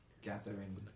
gathering